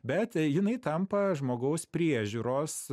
bet jinai tampa žmogaus priežiūros